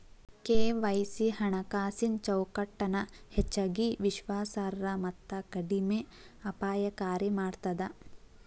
KYC ಹಣಕಾಸಿನ್ ಚೌಕಟ್ಟನ ಹೆಚ್ಚಗಿ ವಿಶ್ವಾಸಾರ್ಹ ಮತ್ತ ಕಡಿಮೆ ಅಪಾಯಕಾರಿ ಮಾಡ್ತದ